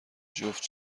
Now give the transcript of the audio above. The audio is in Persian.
جفت